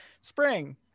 spring